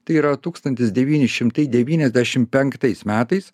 tai yra tūkstantis devyni šimtai devyniasdešimt penktais metais